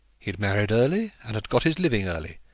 he had married early, and had got his living early,